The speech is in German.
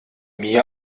mir